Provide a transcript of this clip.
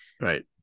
Right